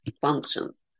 functions